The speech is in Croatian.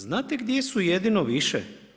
Znate gdje su jedino više?